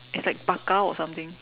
it's like paka or something